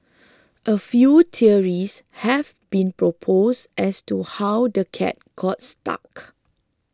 a few theories have been proposed as to how the cat got stuck